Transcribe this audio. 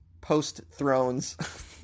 post-thrones